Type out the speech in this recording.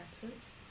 chances